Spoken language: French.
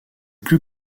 plus